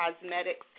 Cosmetics